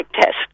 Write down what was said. test